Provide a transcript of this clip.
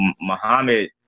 Muhammad